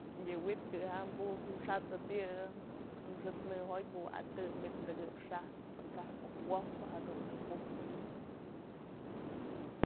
Yë wi'it kë'am bujëp xat'sëp yë, xët's në jotyë kuwa'atëp manytë tëkëp xat'spë pë kaj muk wojpë jadun yë bujëp.